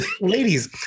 Ladies